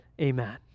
Amen